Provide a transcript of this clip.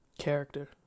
character